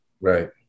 Right